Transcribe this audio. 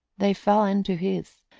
they fell into his,